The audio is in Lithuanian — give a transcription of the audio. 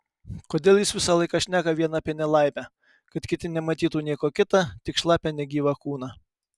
kodėl jis visą laiką šneka vien apie nelaimę kad kiti nematytų nieko kita tik šlapią negyvą kūną